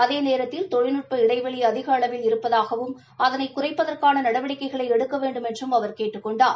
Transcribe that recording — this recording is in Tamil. அதேநேரத்தில் தொழில்நுட்ப இடைவெளி அதிக அளவில் இருப்பதாகவும் அதளை குறைப்பதற்கான நடவடிக்கைகளை எடுக்க வேண்டுமென்றும் அவர் கேட்டுக் கொண்டார்